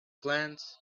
glance